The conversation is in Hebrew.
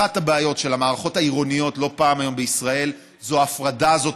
אחת הבעיות של המערכות העירוניות לא פעם היום בישראל זו ההפרדה הזאת.